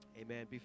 Amen